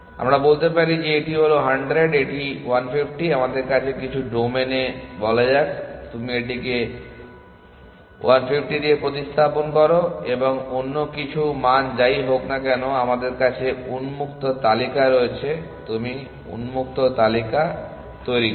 আমরা বলতে পারি যে এটি হল 100 এবং এটি 150 আমাদের কিছু ডোমেনে বলা যাক তুমি এটিকে 1 50 দিয়ে প্রতিস্থাপন করো এবং অন্য কিছু মান যাই হোক না কেন আমাদের কাছে উন্মুক্ত তালিকা রয়েছে কারণ তুমি উন্মুক্ত তালিকা তৈরি করো